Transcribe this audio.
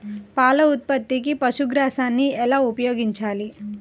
పాల ఉత్పత్తికి పశుగ్రాసాన్ని ఎలా ఉపయోగించాలి?